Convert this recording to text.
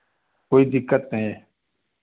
कोई दिक्कत नहीं है